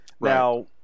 Now